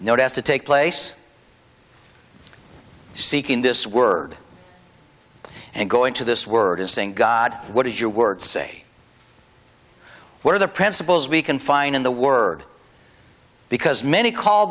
notice to take place seeking this word and go into this word is saying god what is your word say what are the principles we can find in the word because many call